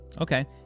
Okay